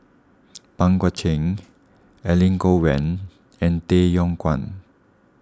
Pang Guek Cheng Elangovan and Tay Yong Kwang